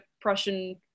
Prussian